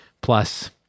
Plus